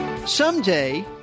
Someday